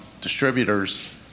distributors